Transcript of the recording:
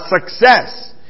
success